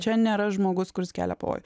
čia nėra žmogus kuris kelia pavojų